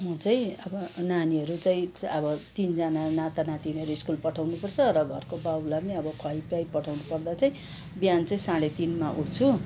म चाहिँ अब नानीहरू चाहिँ अब तिनजाना नाता नातिनीहरू स्कुल पठाउनु पर्छ र घरको बाउलाई पनि अब खुवाई पियाई पठाउनु पर्दा चाहिँ बिहान चाहिँ साँढ़े तिनमा उठ्छु